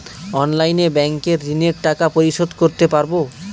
অনলাইনে ব্যাংকের ঋণের টাকা পরিশোধ করতে পারবো?